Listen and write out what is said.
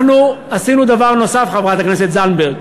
אנחנו עשינו דבר נוסף, חברת הכנסת זנדברג.